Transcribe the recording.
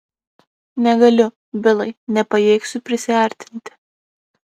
negaliu bilai nepajėgsiu prisiartinti